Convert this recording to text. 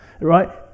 right